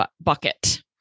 bucket